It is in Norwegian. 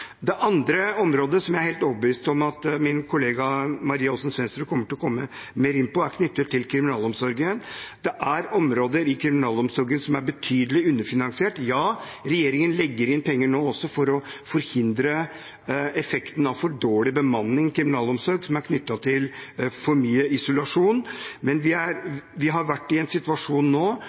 Det andre området, som jeg er helt overbevist om at min kollega Maria Aasen-Svensrud kommer å komme mer inn på, er knyttet til kriminalomsorgen. Det er områder i kriminalomsorgen som er betydelig underfinansiert. Ja, regjeringen legger inn penger nå for å forhindre effekten av for dårlig bemanning i kriminalomsorgen, som er knyttet til for mye isolasjon, men vi har vært i en situasjon nå